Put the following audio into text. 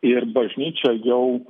ir bažnyčia jau